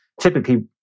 Typically